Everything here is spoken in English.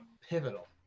Pivotal